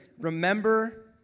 Remember